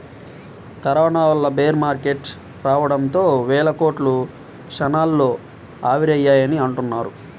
corona వల్ల bear market రావడంతో వేల కోట్లు క్షణాల్లో ఆవిరయ్యాయని అంటున్నారు